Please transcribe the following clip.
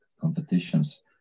competitions